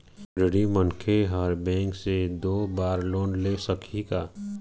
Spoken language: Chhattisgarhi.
ऋणी मनखे हर बैंक से दो बार लोन ले सकही का?